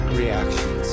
reactions